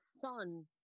son